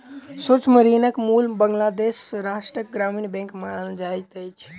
सूक्ष्म ऋणक मूल बांग्लादेश राष्ट्रक ग्रामीण बैंक मानल जाइत अछि